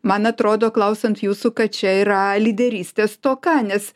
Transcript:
man atrodo klausant jūsų kad čia yra lyderystės stoka nes